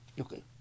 Okay